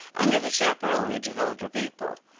under the chaperonage of older people.